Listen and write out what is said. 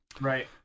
Right